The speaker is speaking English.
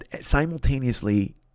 simultaneously